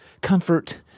comfort